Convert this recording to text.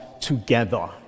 together